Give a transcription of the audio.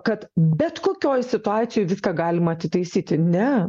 kad bet kokioj situacijoj viską galima atitaisyti ne